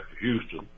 Houston